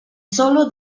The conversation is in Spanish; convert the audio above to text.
solo